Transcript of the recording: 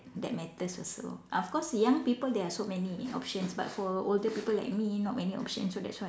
that matters also of course young people there's so many options but for older people like me not many options so that's why